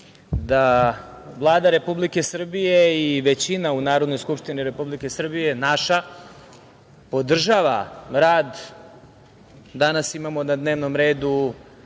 da Vlada Republike Srbije i većina u Narodnoj skupštini Republike Srbije, naša, podržava rad. Danas imamo na dnevnom redu